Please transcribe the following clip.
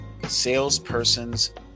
Salespersons